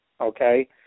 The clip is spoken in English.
okay